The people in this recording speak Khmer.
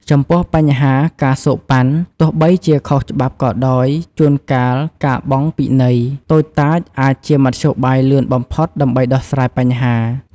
ចំពោះបញ្ហា "ការសូកប៉ាន់" ទោះបីជាខុសច្បាប់ក៏ដោយ ជួនកាលការបង់ "ពិន័យ" តូចតាចអាចជាមធ្យោបាយលឿនបំផុតដើម្បីដោះស្រាយបញ្ហា។